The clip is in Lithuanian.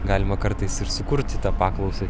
galima kartais ir sukurti tą paklausą